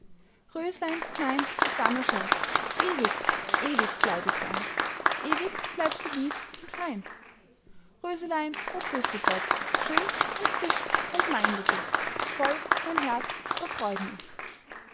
röslein nein es war nur scherz ewig ewig bleib ich dein ewig bleibst du lieb und fein röselein o grüß dich gott schön und frisch und mein du bist voll mein herz vor freuden ist